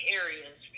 areas